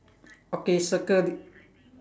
okay circle